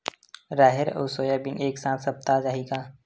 राहेर अउ सोयाबीन एक साथ सप्ता चाही का?